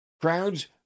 Crowds